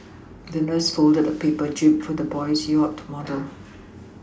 the nurse folded a paper jib for the boy's yacht model